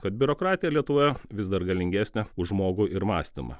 kad biurokratija lietuvoje vis dar galingesnė už žmogų ir mąstymą